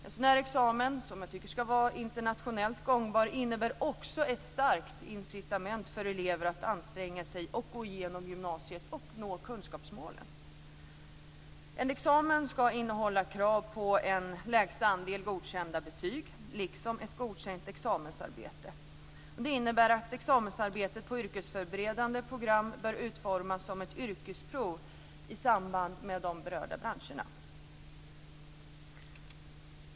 En sådan här examen, som jag tycker ska vara internationellt gångbar, innebär också ett starkt incitament för elever att anstränga sig, gå igenom gymnasiet och nå kunskapsmålen. En examen ska innehålla krav på en lägsta andel godkända betyg, liksom ett godkänt examensarbete. Det innebär att examensarbetet på yrkesförberedande program bör utformas som ett yrkesprov i samband med de berörda branscherna.